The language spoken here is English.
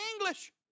English